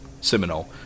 Seminole